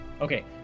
Okay